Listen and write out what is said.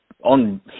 On